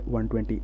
120